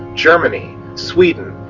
germany, sweden,